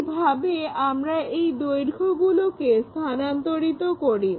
এইভাবে আমরা এই দৈর্ঘ্যগুলোকে স্থানান্তরিত করি